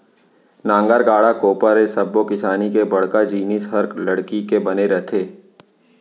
नांगर, गाड़ा, कोपर ए सब्बो किसानी के बड़का जिनिस हर लकड़ी के बने रथे